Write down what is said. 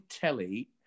telly